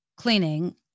cleaning